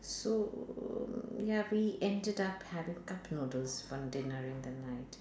so ya we ended up having cup noodles for dinner in the night